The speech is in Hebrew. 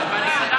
את זה שמעתי.